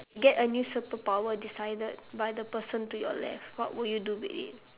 get a new superpower decided by the person to your left what would you do with it